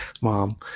mom